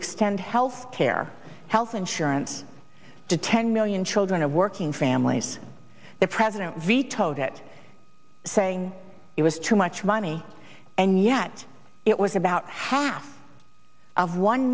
extend health care health insurance to ten million children of working families the president vetoed it saying it was too much money and yet it was about half of one